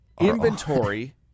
inventory